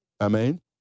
Amen